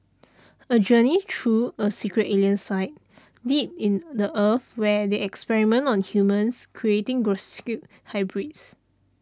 a journey through a secret alien site deep in the Earth where they experiment on humans creating hybrids